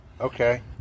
Okay